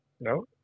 No